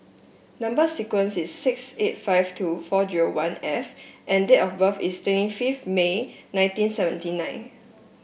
number sequence is six eight five two four zero one F and date of birth is twenty fifth May nineteen seventy nine